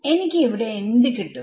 എനിക്ക് ഇവിടെ എന്ത് കിട്ടും